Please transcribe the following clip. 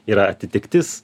yra atitiktis